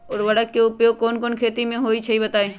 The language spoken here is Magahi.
उर्वरक के उपयोग कौन कौन खेती मे होई छई बताई?